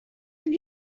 did